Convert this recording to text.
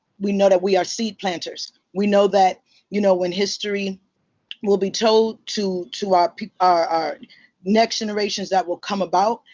we know that we are seed planters. we know that you know when history will be told to to our our next generations that will come about,